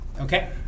Okay